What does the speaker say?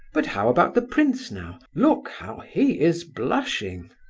but how about the prince, now look how he is blushing!